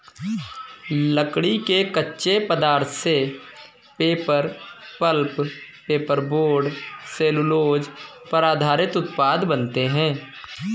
लकड़ी के कच्चे पदार्थ से paper, pulp, paper board, cellulose पर आधारित उत्पाद बनाते हैं